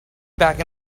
back